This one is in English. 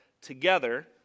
together